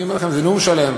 אני אומר לכם, זה נאום שלם.